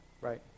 Right